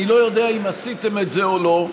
אני לא יודע אם עשיתם את זה או לא,